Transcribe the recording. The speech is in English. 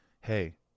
hey